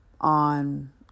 on